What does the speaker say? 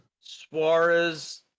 Suarez